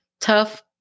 tough